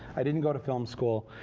i didn't go to film school.